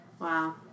Wow